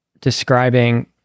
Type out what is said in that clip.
describing